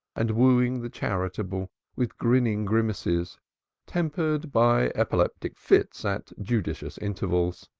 and wooing the charitable with grinning grimaces tempered by epileptic fits at judicious intervals.